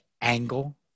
angle